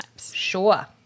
Sure